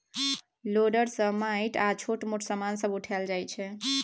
loader सँ माटि आ छोट मोट समान सब उठाएल जाइ छै